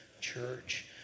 church